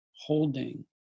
holding